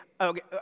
okay